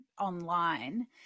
online